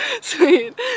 Sweet